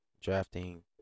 drafting